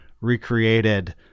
recreated